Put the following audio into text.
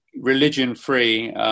religion-free